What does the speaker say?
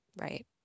Right